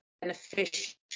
beneficial